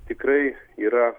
tikrai yra